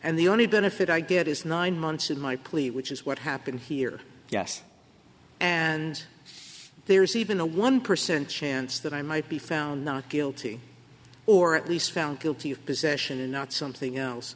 and the only benefit i get is nine months of my plea which is what happened here yes and there's even a one percent chance that i might be found not guilty or at least found guilty of possession and not something else